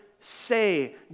say